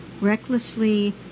recklessly